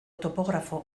topografo